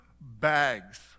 bags